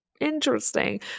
interesting